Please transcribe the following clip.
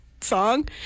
song